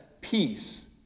peace